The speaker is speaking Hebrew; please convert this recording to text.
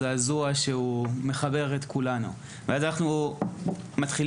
אני מניח שהמוזמנים פה